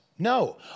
No